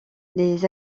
les